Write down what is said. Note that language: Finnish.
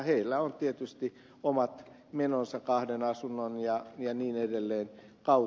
heillä on tietysti omat menonsa kahden asunnon ja niin edelleen